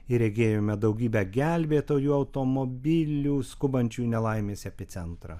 ir regėjome daugybę gelbėtojų automobilių skubančių į nelaimės epicentrą